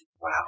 Wow